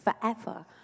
forever